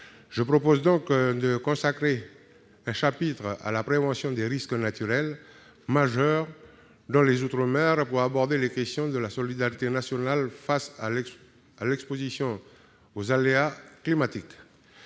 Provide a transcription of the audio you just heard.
Je propose donc de consacrer un chapitre à la prévention des risques naturels majeurs dans les outre-mer, pour aborder la question de la solidarité nationale au regard de l'exposition aux aléas climatiques.